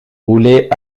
roulait